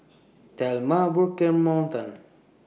Thelma Burke and Morton